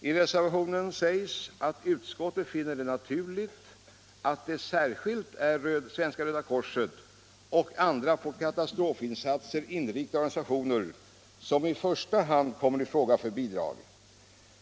I reservationen heter det: ”Utskottet finner det naturligt att det särskilt är Svenska röda korset och andra på katastrofinsatser inriktade organisationer som i första hand kommer i fråga för bidrag.